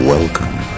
Welcome